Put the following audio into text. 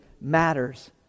matters